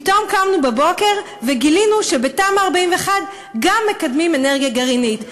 פתאום קמנו בבוקר וגילינו שבתמ"א 41 גם מקדמים אנרגיה גרעינית,